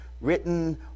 written